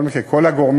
בכל מקרה,